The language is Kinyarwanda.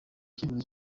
icyemezo